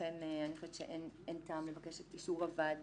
לכן אין טעם לבקש את אישור הוועדה.